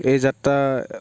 এই যাত্ৰা